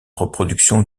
reproduction